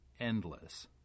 Endless